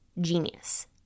genius